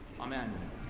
Amen